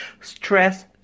stress